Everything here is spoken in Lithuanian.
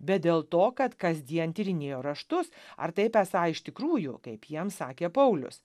bet dėl to kad kasdien tyrinėjo raštus ar taip esą iš tikrųjų kaip jiems sakė paulius